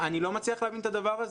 אני לא מצליח להבין את זה.